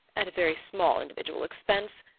at very small individual expense,